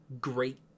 Great